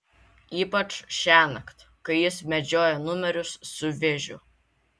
ypač šiąnakt kai jis medžioja numerius su vėžiu